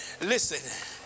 listen